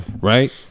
Right